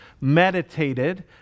meditated